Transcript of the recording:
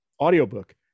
audiobook